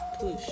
push